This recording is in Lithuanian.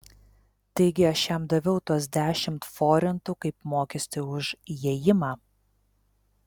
taigi aš jam daviau tuos dešimt forintų kaip mokestį už įėjimą